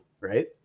right